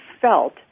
felt